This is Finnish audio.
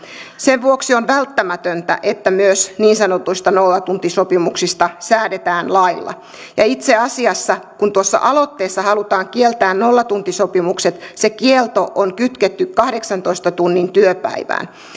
sen vuoksi on välttämätöntä että myös niin sanotuista nollatuntisopimuksista säädetään lailla ja itse asiassa kun tuossa aloitteessa halutaan kieltää nollatuntisopimukset ja se kielto on kytketty kahdeksantoista tunnin työpäivään niin